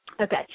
Okay